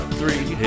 three